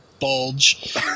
bulge